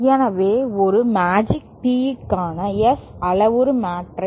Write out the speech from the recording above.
எனவே ஒரு மேஜிக் Teeக்கான S அளவுரு மேட்ரிக்ஸ்